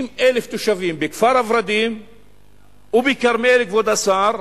ל-50,000 תושבים בכפר-ורדים ובכרמיאל, כבוד השר,